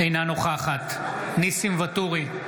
אינה נוכחת ניסים ואטורי,